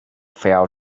fell